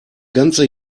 ganze